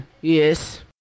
Yes